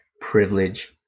privilege